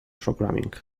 programming